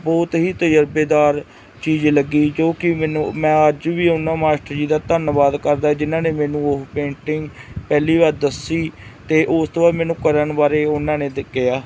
ਬਹੁਤ ਹੀ ਤਜਰਬੇਕਾਰ ਚੀਜ਼ ਲੱਗੀ ਜੋ ਕਿ ਮੈਨੂੰ ਮੈਂ ਅੱਜ ਵੀ ਉਹਨਾਂ ਮਾਸਟਰ ਜੀ ਦਾ ਧੰਨਵਾਦ ਕਰਦਾ ਜਿਹਨਾਂ ਨੇ ਮੈਨੂੰ ਉਹ ਪੇਂਟਿੰਗ ਪਹਿਲੀ ਵਾਰ ਦੱਸੀ ਅਤੇ ਉਸ ਤੋਂ ਬਾਅਦ ਮੈਨੂੰ ਕਰਨ ਬਾਰੇ ਉਹਨਾਂ ਨੇ ਦ ਕਿਹਾ